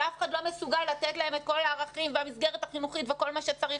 שאף אחד לא מסוגל לתת להם את כל הערכים והמסגרת החינוכית וכל מה שצריך.